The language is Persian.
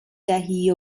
دهی